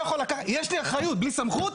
הייתה הוועדה המקומית כאמור בסעיף קטן